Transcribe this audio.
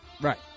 Right